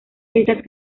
estas